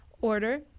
Order